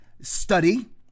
study